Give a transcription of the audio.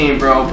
bro